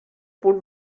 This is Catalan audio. punt